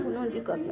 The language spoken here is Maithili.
कोनो दिक्कत नहि